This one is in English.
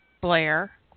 Blair